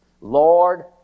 Lord